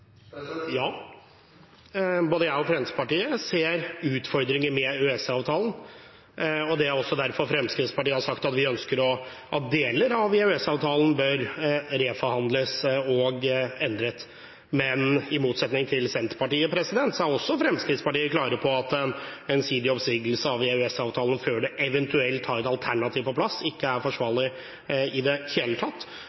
Ja. Både jeg og Fremskrittspartiet ser utfordringer med EØS-avtalen. Det er derfor Fremskrittspartiet har sagt at vi ønsker at deler av EØS-avtalen bør reforhandles og endres. Men i motsetning til Senterpartiet er Fremskrittspartiet også klar på at ensidig oppsigelse av EØS-avtalen før man eventuelt har et alternativ på plass, ikke er